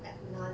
like none